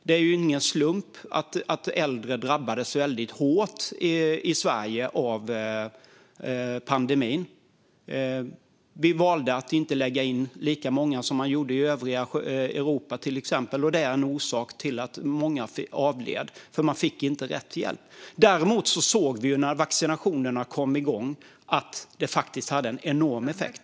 Det är ingen slump att äldre i Sverige drabbades väldigt hårt av pandemin. Vi valde att inte lägga in lika många som man gjorde i övriga Europa, till exempel, och det var en orsak till att många avled. De fick inte rätt hjälp. Däremot såg vi att vaccinationerna, när de kom igång, hade en enorm effekt.